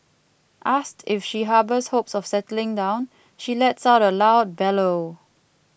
asked if she harbours hopes of settling down she lets out a loud bellow